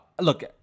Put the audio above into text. look